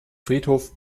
friedhof